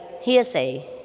hearsay